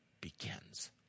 begins